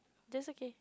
that's okay